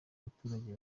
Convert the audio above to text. abaturage